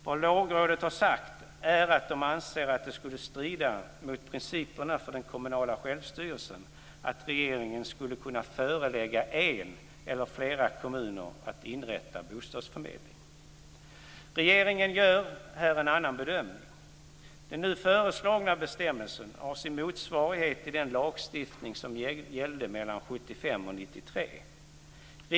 Vad Lagrådet har sagt är att de anser att det skulle strida mot principerna för den kommunala självstyrelsen att regeringen skulle kunna förelägga en eller flera kommuner att inrätta bostadsförmedling. Regeringen gör här en annan bedömning. Den nu föreslagna bestämmelsen har sin motsvarighet i den lagstiftning som gällde mellan åren 1975 och 1993.